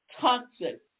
toxic